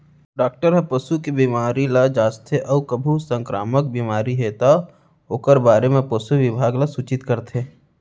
doctor हर पसू के बेमारी ल जांचथे अउ कभू संकरामक बेमारी हे तौ ओकर बारे म पसु बिभाग ल सूचित करथे